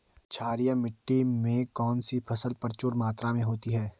क्षारीय मिट्टी में कौन सी फसल प्रचुर मात्रा में होती है?